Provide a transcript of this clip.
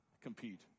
compete